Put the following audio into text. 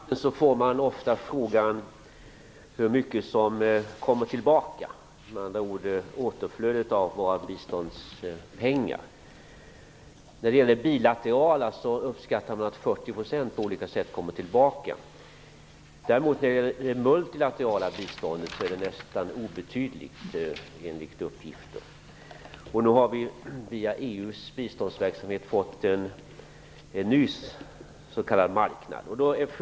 Herr talman! I biståndsdebatten får man ofta frågan, hur mycket som kommer tillbaka. Frågan gäller med andra ord återflödet av våra biståndspengar. När det gäller det bilaterala biståndet uppskattar man att 40 % kommer tillbaka på olika sätt. När det gäller det multilaterala biståndet är det däremot bara en obetydlig del som kommer tillbaka enligt uppgifter. Nu har vi fått en ny s.k. marknad via EU:s biståndsverksamhet.